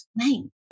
name